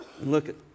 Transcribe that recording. Look